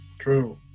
True